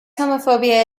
homophobia